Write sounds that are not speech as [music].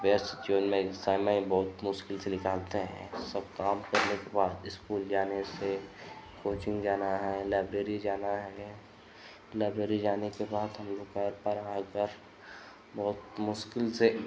बस [unintelligible] समय बहुत मुश्किल से निकालते हैं सब काम करने के बाद स्कूल जाने से कोचिन्ग जाना है लाइब्रेरी जाना है लाइब्रेरी जाने के बाद हमलोग पर पढ़ाई पर बहुत मुश्किल से